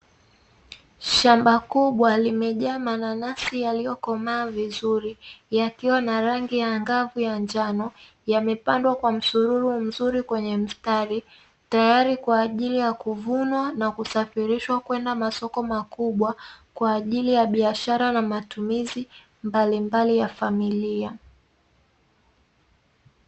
Shamba kubwa limejaa mananasi yaliyokomaa vizuri, yakiwa na rangi ya angavu ya njano yamepandwa kwa msururu mzuri kwenye mistari tayari kwa ajili ya kuvunwa na kwenda masoko makubwa kwa ajili ya biashara na matumizi mbalimbali ya familia.